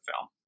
film